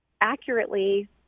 accurately